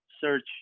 search